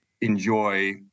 enjoy